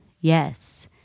yes